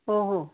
ಹೋ ಹೋ